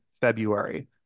February